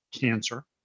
cancer